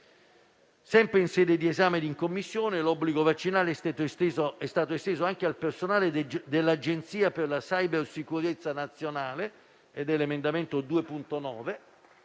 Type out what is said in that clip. Sempre in sede di esame in Commissione, l'obbligo vaccinale è stato esteso anche al personale dell'Agenzia per la cybersicurezza nazionale (emendamento 2.9).